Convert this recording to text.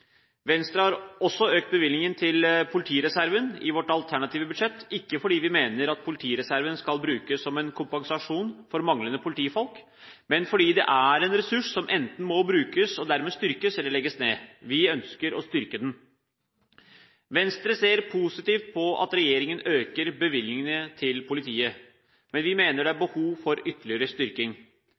Venstre har også økt bevilgningen til Politireserven i sitt alternative budsjett, ikke fordi vi mener at Politireserven skal brukes som en kompensasjon for manglende politifolk, men fordi det er en ressurs som enten må brukes, og dermed styrkes, eller legges ned. Vi ønsker å styrke den. Venstre ser positivt på at regjeringen øker bevilgningene til politiet, men vi mener det er behov for ytterligere styrking.